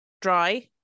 dry